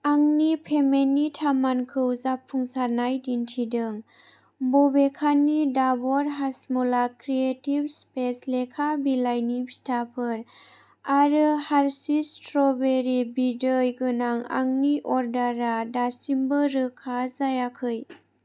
आंनि पेमेन्टनि थामानखौ जाफुंसारनाय दिन्थिदों बबेखानि दाबर हाजमला क्रियेटिभ स्पेस लेखा बिलाइनि फिटाफोर आरो हारशिस सिथ्र'बेरि बिदै गोनां आंनि अर्डारा दासिमबो रोखा जायाखै